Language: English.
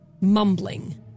mumbling